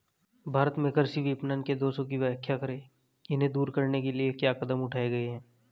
भारत में कृषि विपणन के दोषों की व्याख्या करें इन्हें दूर करने के लिए क्या कदम उठाए गए हैं?